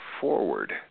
forward